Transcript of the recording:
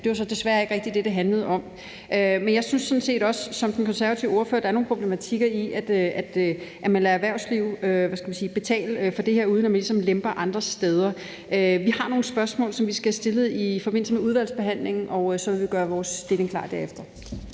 det var så desværre ikke rigtig det, det handlede om. Men jeg synes sådan set også som den konservative ordfører, at der er nogle problematikker i, at man lader erhvervslivet betale for det her, uden at man ligesom lemper andre steder. Vi har nogle spørgsmål, vi skal have stillet i forbindelse med udvalgsbehandlingen, og så vil vi gøre vores stilling klar derefter.